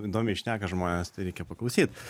įdomiai šneka žmonės tai reikia paklausyt